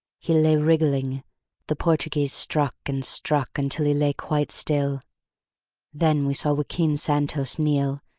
he lay wriggling the portuguese struck and struck until he lay quite still then we saw joaquin santos kneel,